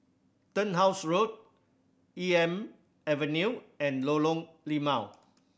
Turnhouse Road Elm Avenue and Lorong Limau